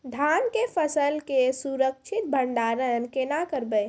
धान के फसल के सुरक्षित भंडारण केना करबै?